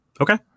Okay